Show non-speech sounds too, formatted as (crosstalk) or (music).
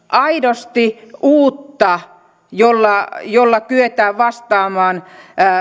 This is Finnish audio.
(unintelligible) aidosti uutta jolla jolla kyetään vastaamaan